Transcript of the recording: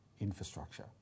infrastructure